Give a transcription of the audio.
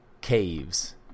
caves